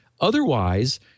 Otherwise